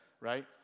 Right